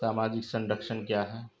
सामाजिक संरक्षण क्या है?